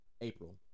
April